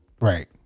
Right